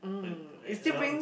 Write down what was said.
that one